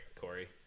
Corey